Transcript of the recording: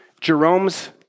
Jerome's